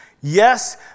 Yes